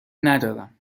ندارم